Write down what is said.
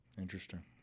interesting